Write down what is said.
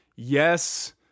Yes